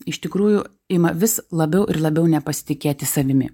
iš tikrųjų ima vis labiau ir labiau nepasitikėti savimi